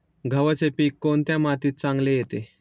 गव्हाचे पीक कोणत्या मातीत चांगले येते?